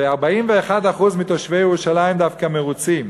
ו-41% מתושבי ירושלים דווקא מרוצים.